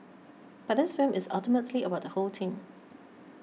but this film is ultimately about the whole team